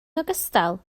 ogystal